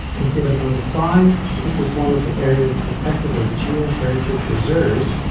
can see there's a little sign, this is one of the areas protected as geoheritage reserves,